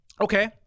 okay